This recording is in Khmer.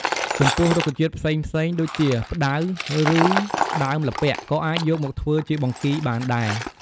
ចំពោះរុក្ខជាតិផ្សេងៗ ដូចជា ផ្តៅ ឬដើមល្ពាក់ ក៏អាចយកមកធ្វើជាបង្គីបានដែរ។